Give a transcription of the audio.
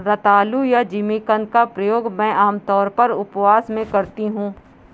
रतालू या जिमीकंद का प्रयोग मैं आमतौर पर उपवास में करती हूँ